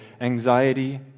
anxiety